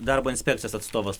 darbo inspekcijos atstovas